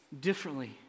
differently